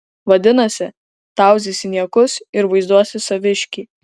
vadinasi tauzysi niekus ir vaizduosi saviškį